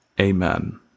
Amen